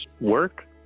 work